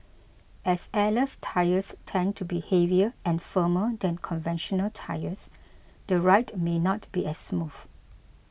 as airless tyres tend to be heavier and firmer than conventional tyres the ride may not be as smooth